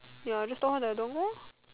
ya just tell her that I don't want go lor